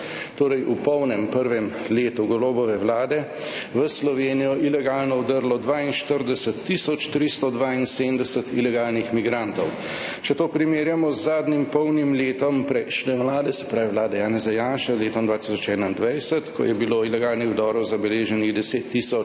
torej v polnem prvem letu Golobove vlade, v Slovenijo ilegalno vdrlo 42 tisoč 372 ilegalnih migrantov. Če to primerjamo z zadnjim polnim letom prejšnje vlade, se pravi vlade Janeza Janše, letom 2021, ko je bilo zabeleženih 10 tisoč